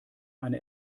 eine